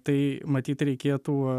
tai matyt reikėtų